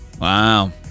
Wow